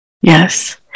Yes